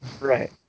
right